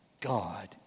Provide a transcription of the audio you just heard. God